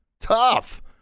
tough